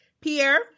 Pierre